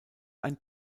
ein